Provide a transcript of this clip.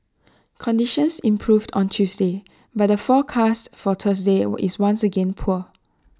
conditions improved on Tuesday but the forecast for Thursday were is once again poor